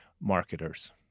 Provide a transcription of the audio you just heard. marketers